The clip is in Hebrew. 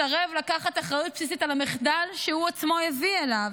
מסרב לקחת אחריות בסיסית על המחדל שהוא עצמו הביא אליו.